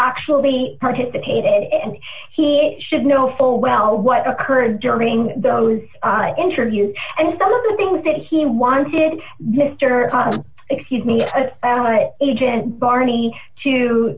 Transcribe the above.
actually participated and he should know full well what occurred during those interviews and some of the things that he wanted mr excuse me agent barney to